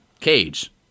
cage